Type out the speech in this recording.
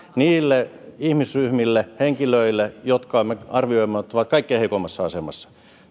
niille ihmisryhmille henkilöille joista me arvioimme että ovat kaikkein heikoimmassa asemassa